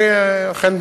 אכן,